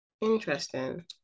interesting